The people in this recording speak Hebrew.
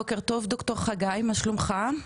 בוקר טוב, ד"ר חגי, מה שלומך?